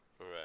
Right